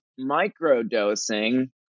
microdosing